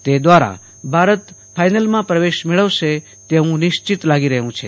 તે દ્વારા ભારત ફાઈનલમાં પ્રવેશ મેળવશે તેવુ નિશ્ચિત લાગી રહયું છે